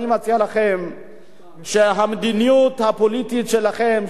אני מציע לכם שהמדיניות הפוליטית שלכם,